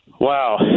Wow